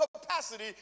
capacity